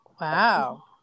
wow